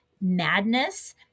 madness